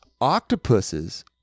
octopuses